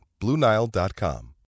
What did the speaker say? BlueNile.com